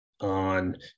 on